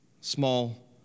Small